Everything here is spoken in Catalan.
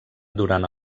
durant